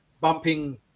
bumping